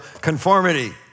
conformity